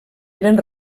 eren